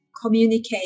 communicate